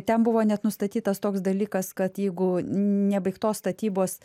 ten buvo net nustatytas toks dalykas kad jeigu nebaigtos statybos